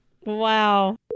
wow